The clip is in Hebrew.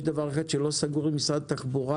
יש דבר אחד שלא סגור עם משרד התחבורה